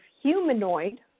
humanoid